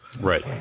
Right